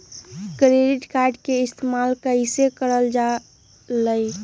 Credit card के इस्तेमाल कईसे करल जा लई?